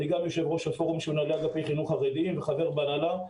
אני גם יושב-ראש הפורום של מנהלי אגף חינוך חרדיים וחבר הנהלה.